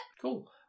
Cool